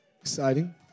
exciting